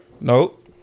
nope